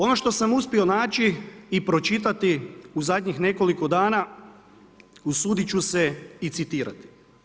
Ono što sam uspio naći i pročitati u zadnjih nekoliko dana, usuditi ću se i citirati.